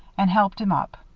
and helped him up.